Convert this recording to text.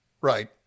right